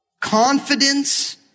Confidence